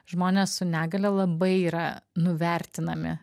žmonės su negalia labai yra nuvertinami